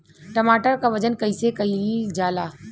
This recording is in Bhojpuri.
टमाटर क वजन कईसे कईल जाला?